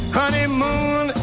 honeymoon